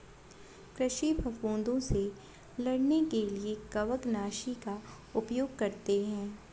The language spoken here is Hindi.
कृषि फफूदों से लड़ने के लिए कवकनाशी का उपयोग करते हैं